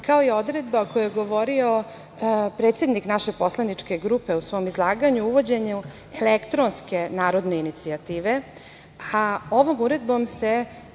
kao i odredba o kojoj je govorio predsednik naše poslaničke grupe u svom izlaganju – uvođenje elektronske narodne inicijative. Ovom uredbom se